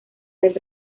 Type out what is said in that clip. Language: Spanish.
del